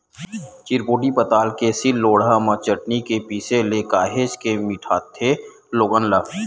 चिरपोटी पताल के सील लोड़हा म चटनी के पिसे ले काहेच के मिठाथे लोगन ला